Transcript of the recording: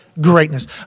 greatness